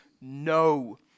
no